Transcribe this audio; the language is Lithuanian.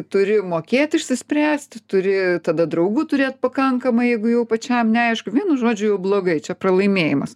turi mokėt išsispręsti turi tada draugų turėt pakankamai jeigu jau pačiam neaišku vienu žodžiu jau blogai čia pralaimėjimas